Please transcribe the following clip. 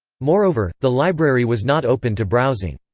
moreover, the library was not open to browsing.